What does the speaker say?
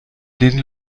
den